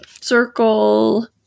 circle